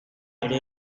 ere